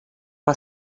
mae